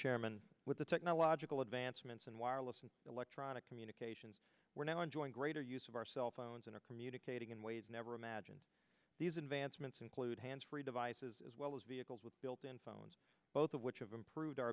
chairman with the technological advancements in wireless and electronic communications we're now enjoying greater use of our cell phones and are communicating in ways never imagined these advancements include hands free devices as well as vehicles with built in phones both of which have improved our